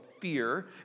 fear